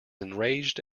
enraged